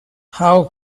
how